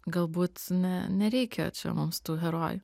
galbūt ne nereikia čia mums tų herojų